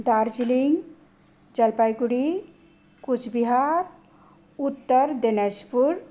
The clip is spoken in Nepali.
दार्जिलिङ जलपाइगुडी कुचबिहार उत्तर दिनाजपुर